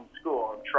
school